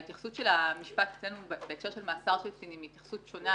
ההתייחסות של המשפט אצלנו בהקשר של מאסר קטינים היא התייחסות שונה.